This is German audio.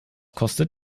kostet